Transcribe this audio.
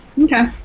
Okay